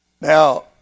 Now